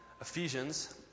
Ephesians